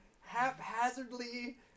haphazardly